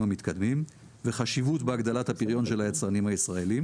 המתקדמים וחשיבות בהגדלת הפריון של היצרנים הישראלים.